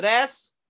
Tres